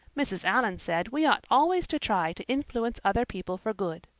mrs. allan said we ought always to try to influence other people for good.